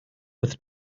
with